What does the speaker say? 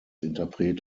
interpret